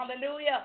hallelujah